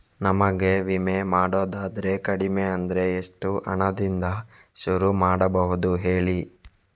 ನಮಗೆ ವಿಮೆ ಮಾಡೋದಾದ್ರೆ ಕಡಿಮೆ ಅಂದ್ರೆ ಎಷ್ಟು ಹಣದಿಂದ ಶುರು ಮಾಡಬಹುದು ಹೇಳಿ